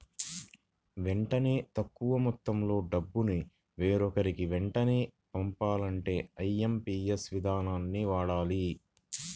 వెంటనే తక్కువ మొత్తంలో డబ్బును వేరొకరికి వెంటనే పంపాలంటే ఐఎమ్పీఎస్ ఇదానాన్ని వాడాలి